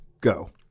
Go